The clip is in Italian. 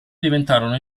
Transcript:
diventarono